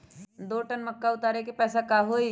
दो टन मक्का उतारे के पैसा का होई?